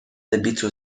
добиться